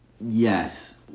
Yes